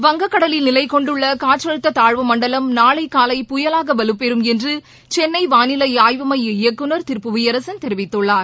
வங்கக்கடலில் நிலை கொண்டுள்ள காற்றழுத்த தாழ்வு மண்டலம் நாளை காலை புயலாக வலுப்பெறும் என்று சென்னை வானிலை ஆய்வு மைய இயக்குநர் திரு புவியரசன் தெரிவித்துள்ளார்